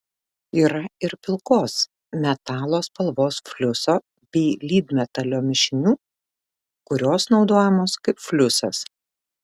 yra ir pilkos metalo spalvos fliuso bei lydmetalio mišinių kurios naudojamos kaip fliusas